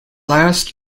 last